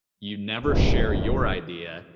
you never share your idea.